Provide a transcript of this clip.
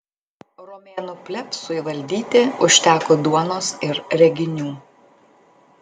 romėnų plebsui valdyti užteko duonos ir reginių